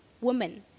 women